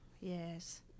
Yes